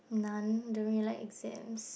none don't really like exams